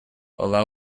allow